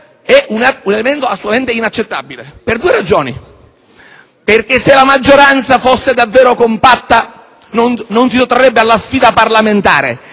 è un elemento inaccettabile, per due ragioni. Anzitutto, se la maggioranza fosse davvero compatta non si sottrarrebbe alla sfida parlamentare.